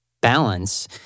balance